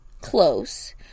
close